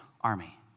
army